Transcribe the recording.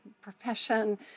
profession